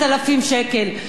חוק שהוא לא צודק.